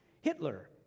Hitler